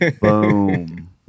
boom